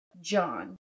John